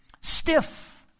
stiff